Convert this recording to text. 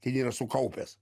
ten yra sukaupęs